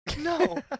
no